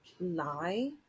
lie